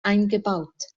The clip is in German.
eingebaut